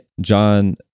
John